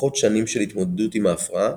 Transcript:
פחות שנים של התמודדות עם ההפרעה,